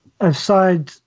aside